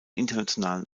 internationalen